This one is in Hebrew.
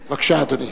בבקשה, אדוני.